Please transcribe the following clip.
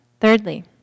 Thirdly